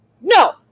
no